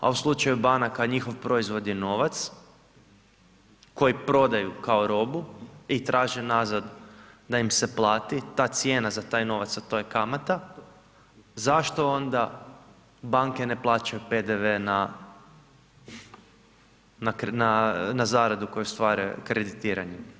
a u slučaju banaka njihov proizvod je novac, koji prodaju kao robu i traže nazad da im se plati, ta cijena za taj novac, a to je kamata, zašto onda banke ne plaćaju PDV na zaradu koju ostvare kreditiranjem?